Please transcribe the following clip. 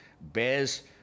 bears